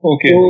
Okay